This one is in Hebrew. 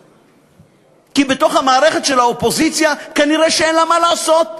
כי בתוך המערכת של האופוזיציה כנראה אין לה מה לעשות.